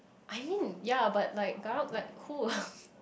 I mean yea but like garang like who